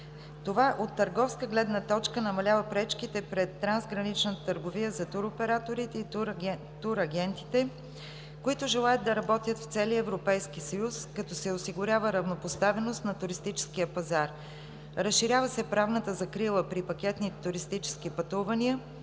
Това от търговска гледна точка намалява пречките пред трансграничната търговия за туроператорите и турагентите, които желаят да работят в целия Европейски съюз, като се осигурява равнопоставеност на туристическия пазар. Разширява се правната закрила при пакетните туристически пътувания